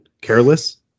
careless